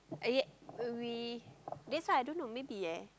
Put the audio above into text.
oh yeah we that's why I don't know maybe eh